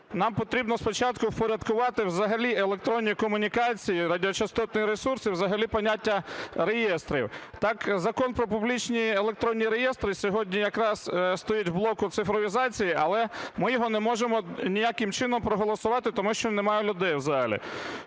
нам потрібно спочатку впорядкувати взагалі електронні комунікації, радіочастотний ресурс, взагалі поняття реєстрів. Так Закон про публічні електронні реєстри сьогодні якраз стоїть в блоку цифровізації, але ми його не можемо ніяким чином проголосувати, тому що нема людей в залі.